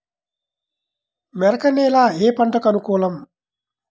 మెరక నేల ఏ పంటకు అనుకూలం?